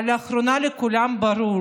אבל לאחרונה לכולם ברור